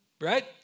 right